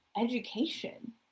education